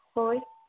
ᱦᱳᱭ